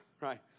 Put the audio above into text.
right